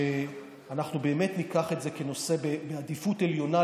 ושאנחנו באמת ניקח את זה כנושא בעדיפות עליונה,